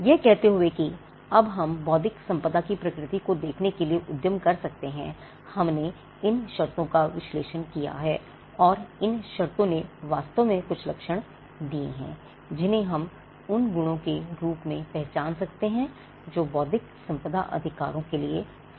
यह कहते हुए कि अब हम बौद्धिक संपदा की प्रकृति को देखने के लिए उद्यम कर सकते हैं हमने इन शर्तों का विश्लेषण किया है और इन शर्तों ने वास्तव में कुछ लक्षण दिए हैं जिन्हें हम उन गुणों के रूप में पहचान सकते हैं जो बौद्धिक संपदा अधिकारों के लिए सामान्य हैं